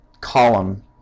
column